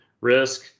risk